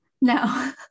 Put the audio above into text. No